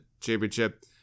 championship